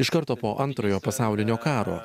iš karto po antrojo pasaulinio karo